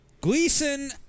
Gleason